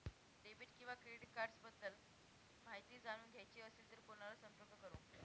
Debit किंवा credit cards बद्दल माहिती जाणून घ्यायची असेल तर कोणाला संपर्क करु?